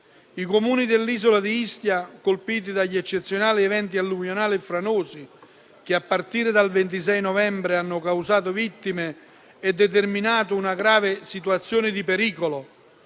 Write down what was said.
I Comuni dell'isola di Ischia colpiti dagli eccezionali eventi alluvionali e franosi che, a partire dal 26 novembre, hanno causato vittime e determinato una grave situazione di pericolo,